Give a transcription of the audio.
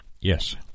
Yes